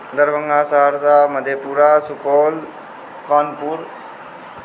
Darbhanga Saharsa Madhepura Supaul Kanpur